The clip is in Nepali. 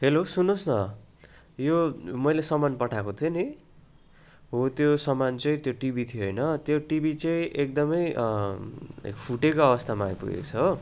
हेलो सुन्नु होस् न यो मैले सामान पठाएको थिएँ नि हो त्यो सामान चाहिँ त्यो टिभी थियो होइन त्यो टिभी चाहिँ एकदम फुटेको अवस्थामा आइपुगेको छ हो